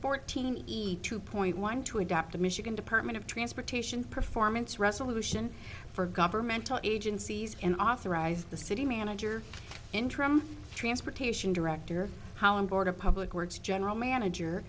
fourteen easy to point one to adopt the michigan department of transportation performance resolution for governmental agencies and authorized the city manager interim transportation director hauen board of public works general manager